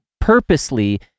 purposely